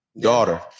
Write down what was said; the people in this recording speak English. daughter